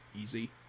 easy